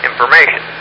Information